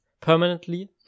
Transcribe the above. permanently